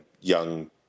young